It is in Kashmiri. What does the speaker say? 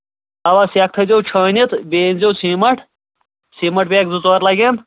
اَوا سٮ۪کھ تھٔیزیو چھٲنِتھ بیٚیہِ أنۍزیو سیٖمَٹھ سیٖمَٹھ بیگ زٕ ژور لگَن